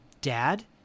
dad